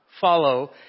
follow